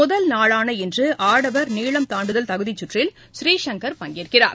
முதல் நாளான இன்று ஆடவர் நீளம் தாண்டுதல் தகுதி சுற்றில் பூநீசங்கர் பங்கேற்கிறார்